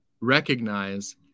recognize